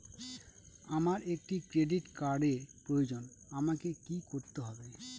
আমার একটি ক্রেডিট কার্ডের প্রয়োজন আমাকে কি করতে হবে?